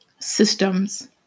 systems